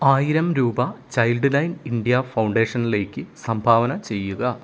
ആയിരം രൂപ child line India ഫൗണ്ടേഷനിലേക്ക് സംഭാവന ചെയ്യുക